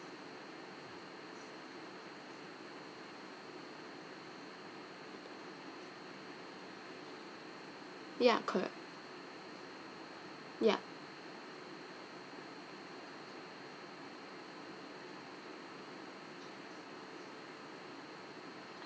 ya correct ya